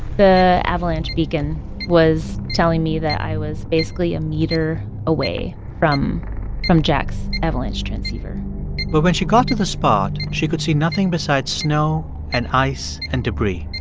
the avalanche beacon was telling me that i was basically a meter away from from jack's avalanche transceiver but when she got to the spot, she could see nothing besides snow and ice and debris.